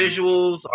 visuals